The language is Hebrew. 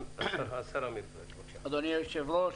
אדוני היושב-ראש,